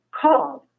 called